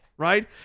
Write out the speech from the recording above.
right